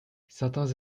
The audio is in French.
certains